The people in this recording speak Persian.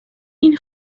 این